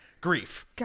grief